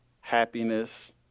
happiness